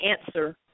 answer